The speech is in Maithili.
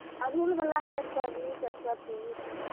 अरहुल बलाके एक सए बीस एक सए तीस